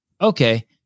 Okay